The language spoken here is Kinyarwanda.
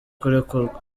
kurekurwa